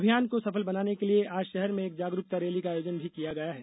अभियान को सफल बनाने के लिए आज शहर में एक जागरूकता रैली का आयोजन भी किया गया है